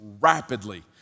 rapidly